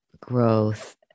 growth